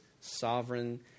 sovereign